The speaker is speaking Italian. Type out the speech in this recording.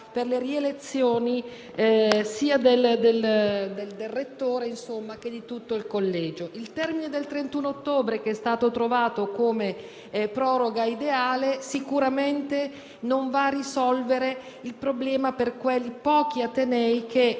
per la rielezione del rettore e di tutto il collegio. Il termine del 31 ottobre, indicato come proroga ideale, sicuramente non risolve il problema per quei pochi atenei che,